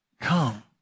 Come